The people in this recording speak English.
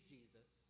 Jesus